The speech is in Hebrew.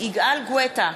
יגאל גואטה,